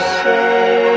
say